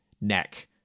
neck